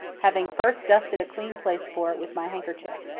having first dusted a clean place for it with my handkerchief.